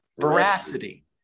Veracity